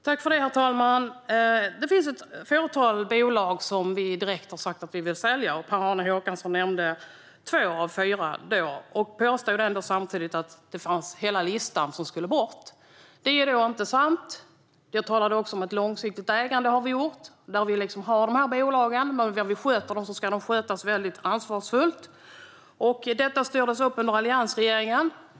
Herr talman! Det finns ett fåtal bolag som vi direkt har sagt att vi vill sälja. Per-Arne Håkansson nämnde två av fyra och påstod samtidigt att det fanns en hel lista som skulle bort. Detta är inte sant. Jag talade också om ett långsiktigt ägande, vilket vi har haft med dessa bolag. När vi sköter dem ska de skötas väldigt ansvarsfullt. Detta styrdes upp under alliansregeringen.